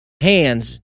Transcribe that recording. hands